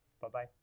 bye-bye